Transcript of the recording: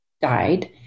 died